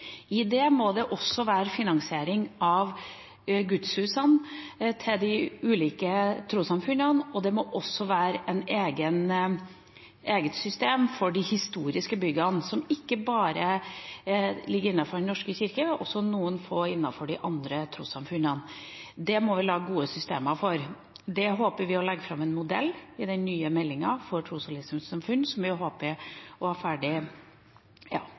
må det også ligge finansiering av gudshusene til de ulike trossamfunnene, og det må også være et eget system for de historiske byggene, som ikke bare ligger innenfor Den norske kirke, men også noen få innenfor de andre trossamfunnene. Det må vi lage gode systemer for. Det håper vi å legge fram en modell for i den nye meldinga for tros- og livssynssamfunn, som vi håper å ha ferdig